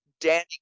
Danny